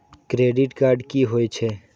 Credit card की होय छै?